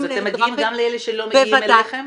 אז אתם מגיעים גם לאלה שלא מגיעים אליכם?